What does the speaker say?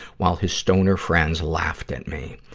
while his stoner friends laughed at me.